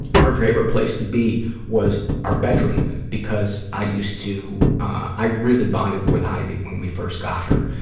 her favorite place to be was our bedroom because i used to, i really bonded with ivy when we first got her.